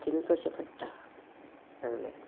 हातीनूत करचें पडटा सगलें